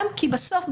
בסוף,